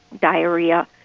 diarrhea